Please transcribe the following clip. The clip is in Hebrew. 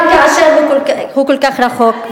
גם כאשר הוא כל כך רחוק,